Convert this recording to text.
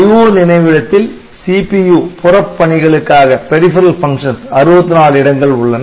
IO நினைவு இடத்தில் CPU புறப் பணிகளுக்காக 64 இடங்கள் உள்ளன